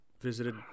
visited